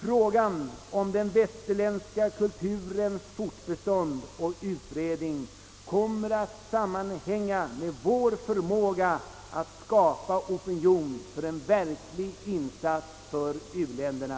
Frågan om den västerländska kulturens fortbestånd och utbredning kom mer att sammanhänga med vår förmåga att skapa opinion för en verklig insats för u-länderna.